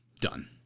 done